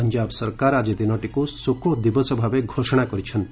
ପଞ୍ଜାବ ସରକାର ଆଜି ଦିନଟିକୁ ଶୋକଦିବସ ଭାବେ ଘୋଷଣା କରିଛନ୍ତି